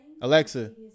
Alexa